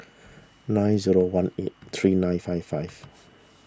nine zero one eight three nine five five